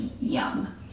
young